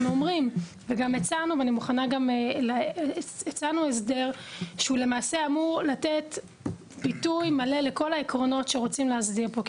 אנחנו הצענו הסדר שאמור לתת ביטוי מלא לכל העקרונות שרוצים להסדיר פה.